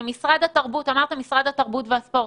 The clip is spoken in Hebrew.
אמרת: משרד התרבות והספורט,